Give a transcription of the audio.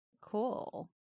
cool